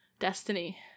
destiny